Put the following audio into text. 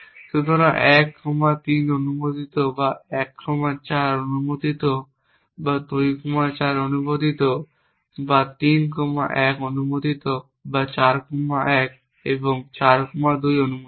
সুতরাং 1 কমা 3 অনুমোদিত বা 1 কমা 4 অনুমোদিত বা 2 কমা 4 অনুমোদিত বা 3 কমা 1 অনুমোদিত বা 4 কমা 1 এবং 4 কমা 2 অনুমোদিত